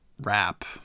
rap